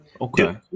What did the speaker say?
Okay